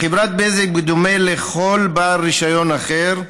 לחברת בזק, בדומה לכל בעל רישיון אחר,